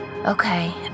Okay